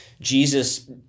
jesus